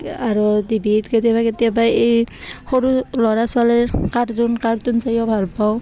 আৰু টিভি ত কেতিয়াবা কেতিয়াবা এই সৰু ল'ৰা ছোৱালীৰ কাৰ্টুন কাৰ্টুন চাইও ভাল পাওঁ